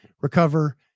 recover